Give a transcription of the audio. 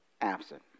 absent